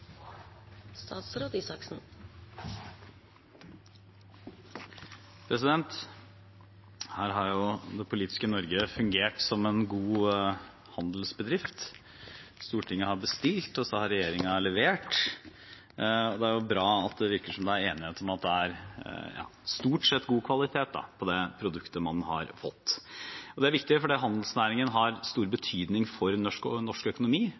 Her har det politiske Norge fungert som en god handelsbedrift – Stortinget har bestilt, og regjeringen har levert. Det er bra at det virker som om det er enighet om at det stort sett er god kvalitet på det produktet man har fått. Det er viktig, for handelsnæringen har stor betydning for norsk økonomi, for verdiskaping, og